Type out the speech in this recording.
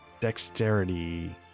dexterity